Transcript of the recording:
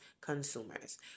consumers